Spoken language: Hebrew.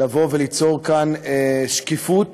לבוא וליצור כאן שקיפות